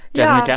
yeah.